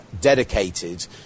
dedicated